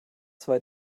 zwei